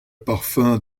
parfum